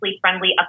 friendly